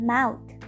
Mouth